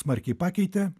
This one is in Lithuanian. smarkiai pakeitė